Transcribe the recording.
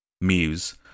Muse